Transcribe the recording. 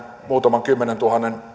muutaman kymmenentuhannen